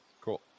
Cool